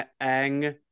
Ang